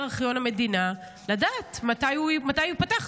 ארכיון המדינה כדי לדעת מתי הוא ייפתח.